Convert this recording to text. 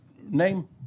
name